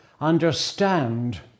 understand